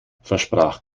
versprach